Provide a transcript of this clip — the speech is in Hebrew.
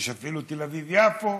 יש אפילו תל אביב-יפו,